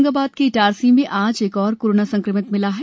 होशंगाबाद के इटारसी में आज एक और कोरोना संक्रमित मिला है